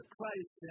Christ